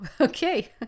okay